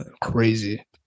Crazy